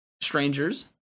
strangers